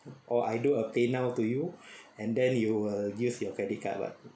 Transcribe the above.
or I do a paynow to you and then you will use your credit card what